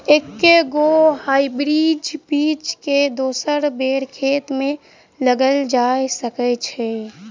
एके गो हाइब्रिड बीज केँ दोसर बेर खेत मे लगैल जा सकय छै?